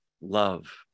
love